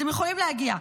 אתם יכולים להגיע,